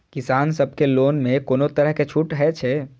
किसान सब के लोन में कोनो तरह के छूट हे छे?